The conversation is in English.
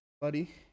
buddy